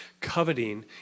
Coveting